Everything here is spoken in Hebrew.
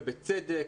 ובצדק.